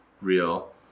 real